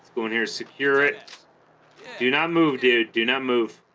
going here secure it do not move do do not move